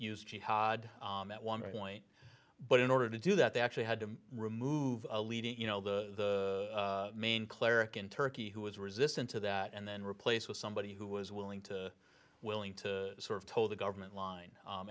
use jihad at one point but in order to do that they actually had to remove a leading you know the main cleric in turkey who was resistant to that and then replaced with somebody who was willing to willing to sort of told the government line